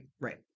Right